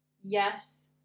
yes